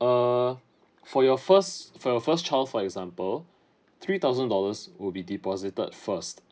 err for your first for your first child for example three thousand dollars would be deposited first